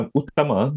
utama